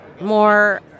more